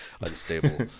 unstable